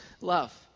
love